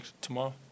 tomorrow